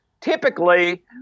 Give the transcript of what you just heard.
typically